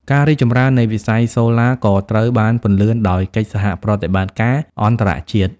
ការរីកចម្រើននៃវិស័យសូឡាក៏ត្រូវបានពន្លឿនដោយកិច្ចសហប្រតិបត្តិការអន្តរជាតិ។